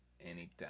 anytime